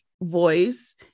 voice